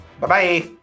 Bye-bye